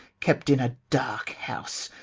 kept in a dark house,